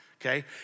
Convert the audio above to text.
okay